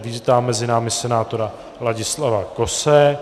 Vítám mezi námi senátora Ladislava Kose.